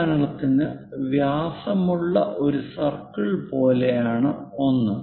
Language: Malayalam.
ഉദാഹരണത്തിന് വ്യാസമുള്ള ഒരു സർക്കിൾ പോലെയുള്ള ഒന്ന്